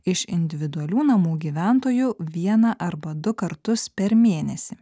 iš individualių namų gyventojų vieną arba du kartus per mėnesį